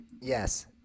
Yes